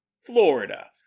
Florida